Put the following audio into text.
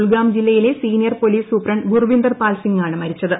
കുൽഗാം ജില്ലയിലെ senior police superintendent Gurvinder Pal സിങാണ് മരിച്ചത്